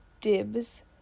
dibs